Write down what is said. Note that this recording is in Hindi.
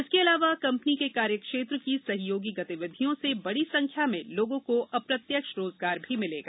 इसके अलावा कम्पनी के कार्यक्षेत्र की सहयोगी गतिविधियों से बड़ी संख्या में लोगों को अप्रत्यक्ष रोजगार भी मिलेगा